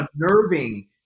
unnerving